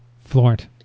Florent